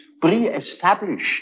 pre-established